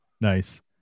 nice